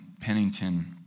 Pennington